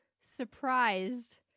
surprised